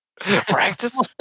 Practice